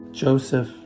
Joseph